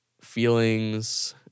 feelings